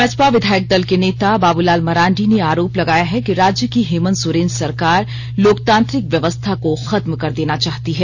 भाजपा विधायक दल के नेता बाबूलाल मरांडी ने आरोप लगाया है कि राज्य की हेमन्त सोरेन सरकार लोकतांत्रिक व्यवस्था को खत्म कर देना चाहती है